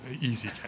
easy